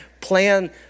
Plan